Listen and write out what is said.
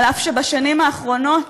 אף שבשנים האחרונות